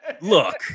look